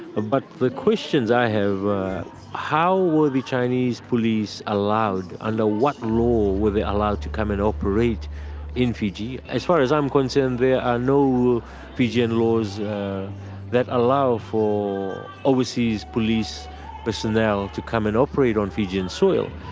but the questions i have are how were the chinese police allowed, under what law were they allowed to come and operate in fiji? as far as i'm concerned there are no fijian laws that allow for overseas police personnel to come and operate on fijian soil.